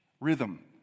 rhythm